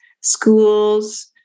schools